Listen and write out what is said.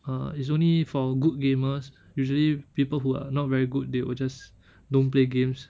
err it's only for good gamers usually people who are not very good they will just don't play games